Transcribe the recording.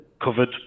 covered